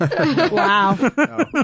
Wow